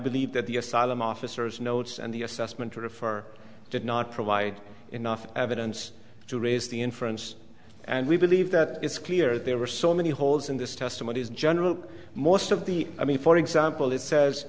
believe that the asylum officers notes and the assessment to refer did not provide enough evidence to raise the inference and we believe that it's clear there were so many holes in this testimony as general most of the i mean for example it says